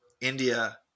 India